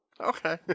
Okay